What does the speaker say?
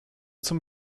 zum